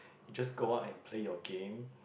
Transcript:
you just go out and play your game